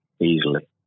easily